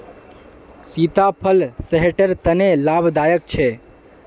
सीताफल सेहटर तने लाभदायक छे